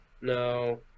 No